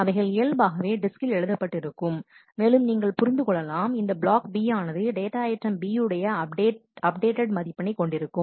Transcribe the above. அவைகள் இயல்பாகவே டிஸ்கில் எழுதப்பட்டிருக்கும் மற்றும் நீங்கள் புரிந்து கொள்ளலாம் இந்த பிளாக் பி ஆனது டேட்டா ஐட்டம் B உடைய அப்டேட்டடு மதிப்பினை கொண்டிருக்கும்